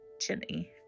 Jenny